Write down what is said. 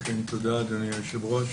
תודה, אדוני היושב-ראש.